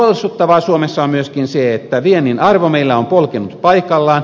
huolestuttavaa suomessa on myöskin se että viennin arvo meillä on polkenut paikallaan